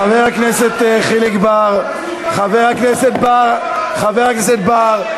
חבר הכנסת חיליק בר, חבר הכנסת בר, חבר הכנסת בר.